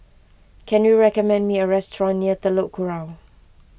can you recommend me a restaurant near Telok Kurau